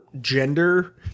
gender